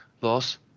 loss